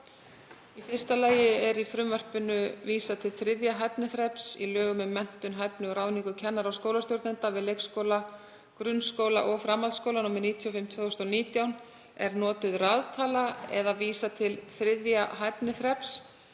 Í fyrsta lagi er í frumvarpinu vísað til „þriðja hæfniþreps“. Í lögum um menntun, hæfni og ráðningu kennara og skólastjórnenda við leikskóla, grunnskóla og framhaldsskóla, nr. 95/2019, er notuð raðtala eða vísað til „3. hæfniþreps“.